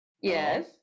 Yes